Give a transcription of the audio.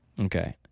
Okay